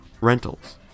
rentals